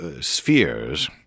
spheres